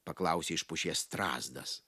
paklausė iš pušies strazdas